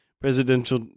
presidential